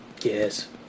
Yes